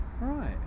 Right